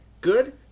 Good